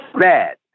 bad